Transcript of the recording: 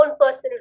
personal